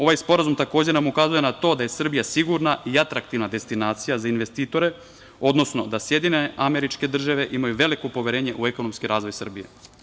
Ovaj sporazum nam ukazuje na to da je Srbija sigurna i atraktivna destinacija za investitore, odnosno da SAD imaju veliko poverenje u ekonomski razvoj Srbije.